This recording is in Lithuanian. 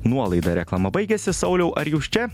nuolaida reklama baigiasi sauliau ar jūs čia